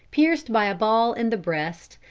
pierced by a ball in the breast,